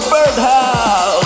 Birdhouse